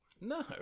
no